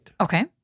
Okay